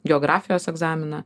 geografijos egzaminą